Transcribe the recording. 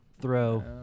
throw